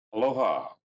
Aloha